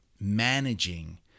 managing